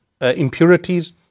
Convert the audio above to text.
impurities